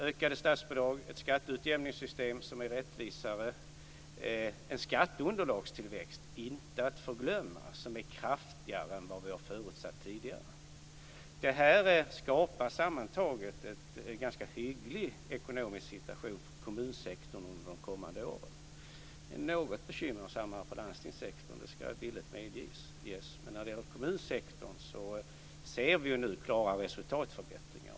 Ökade statsbidrag, ett skatteutjämningssystem som är rättvisare, en skatteunderlagstillväxt inte att förglömma som är kraftigare än vad vi förutsatt tidigare, skapar sammantaget en ganska hygglig ekonomisk situation för kommunsektorn under de kommande åren. Det är något bekymmersammare på landstingssektorn, det skall villigt medges. När det gäller kommunsektorn ser vi klara resultatförbättringar.